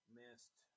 missed